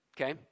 Okay